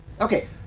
okay